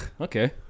Okay